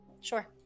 Sure